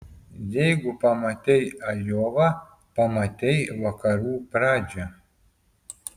jeigu pamatei ajovą pamatei vakarų pradžią